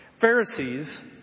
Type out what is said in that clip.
Pharisees